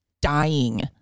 dying